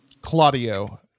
Claudio